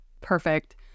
Perfect